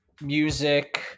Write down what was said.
music